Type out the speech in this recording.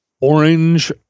orange